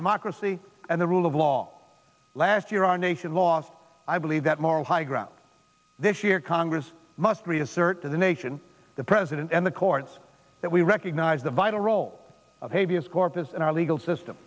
democracy and the rule of law last year our nation lost i believe that moral high ground this year congress must reassert to the nation the president and the courts that we recognize the vital role of a v s corpus in our legal system